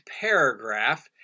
paragraph